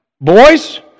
boys